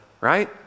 right